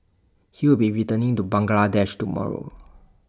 he will be returning to Bangladesh tomorrow